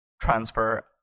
transfer